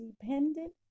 dependent